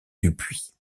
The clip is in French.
dupuis